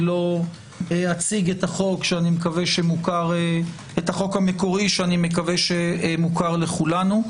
לא אציג את החוק המקורי שאני מקווה שמוכר לכולנו.